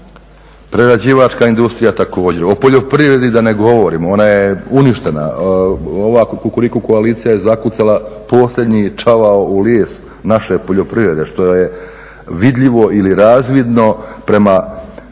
prerađivačka industrija također, o poljoprivredi da ne govorim ona je uništena, ova Kukuriku koalicija je zakucala posljednji čavao u lijes naše poljoprivrede što je vidljivo ili razvidno prema količini,